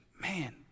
man